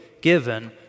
given